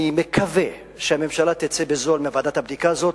אני מקווה שהממשלה תצא בזול מוועדת הבדיקה הזאת,